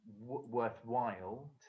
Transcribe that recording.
worthwhile